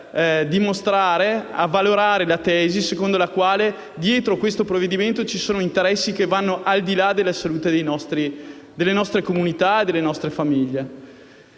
a voler avvalorare la tesi secondo la quale dietro questo provvedimento ci sono interessi che vanno al di là della salute delle nostre comunità e delle nostre famiglie.